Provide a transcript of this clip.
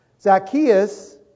Zacchaeus